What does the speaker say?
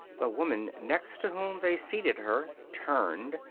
the woman next to whom they seated her turned,